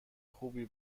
خوبی